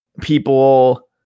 people